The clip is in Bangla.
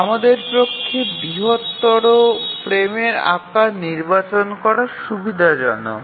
আমাদের পক্ষে বৃহত্তর ফ্রেমের আকার নির্বাচন করা সুবিধাজনক